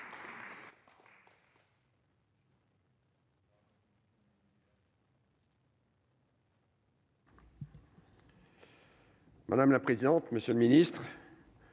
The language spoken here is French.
Madame la présidente, monsieur le ministre,